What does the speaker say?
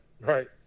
right